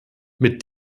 mit